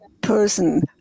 person